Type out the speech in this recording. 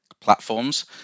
platforms